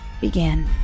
began